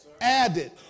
Added